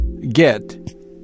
get